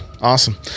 Awesome